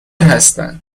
هستن